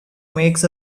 makes